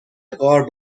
غار